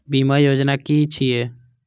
बीमा योजना कि छिऐ?